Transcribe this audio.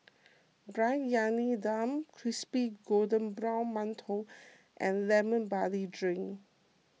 Briyani Dum Crispy Golden Brown Mantou and Lemon Barley Drink